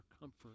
comfort